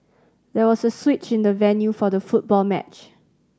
there was a switch in the venue for the football match